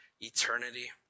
eternity